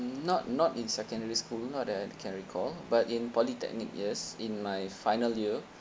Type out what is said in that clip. not not in secondary school not that I can recall but in polytechnic years in my final year